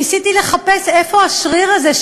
ניסיתי לחפש איפה השריר הזה,